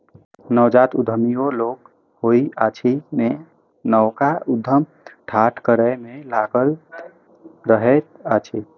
नवजात उद्यमी ओ लोक होइत अछि जे नवका उद्यम ठाढ़ करै मे लागल रहैत अछि